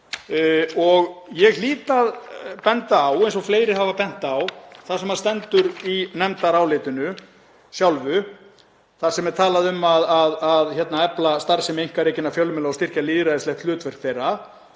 Og ég hlýt að benda á, eins og fleiri hafa gert, að það sem stendur í nefndarálitinu sjálfu, þar sem er talað um að efla starfsemi einkarekinna fjölmiðla og styrkja lýðræðislegt hlutverk þeirra